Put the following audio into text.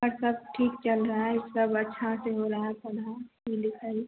but सब ठीक चल रहा है सब अच्छा से हो रहा है पढ़ाई लिखाई